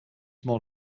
more